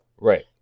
Right